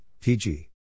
PG